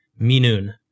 minun